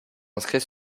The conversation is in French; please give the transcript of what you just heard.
inscrits